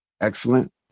excellent